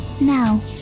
Now